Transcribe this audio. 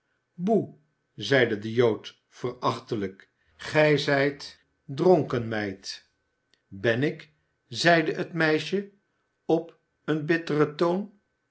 boe zeide de jood verachtelijk gij zijt dronken meid fagin buiten zich zelven van woede ben ik zeide het meisje op een bitteren toon